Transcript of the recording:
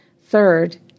Third